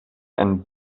and